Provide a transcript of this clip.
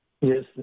Yes